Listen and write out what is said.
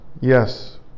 Yes